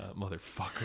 motherfucker